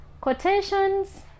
quotations